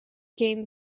game